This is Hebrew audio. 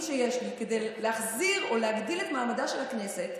שיש לי כדי להחזיר או להגדיל את מעמדה של הכנסת,